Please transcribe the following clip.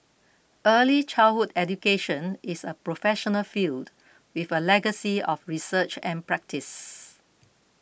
early childhood education is a professional field with a legacy of research and practice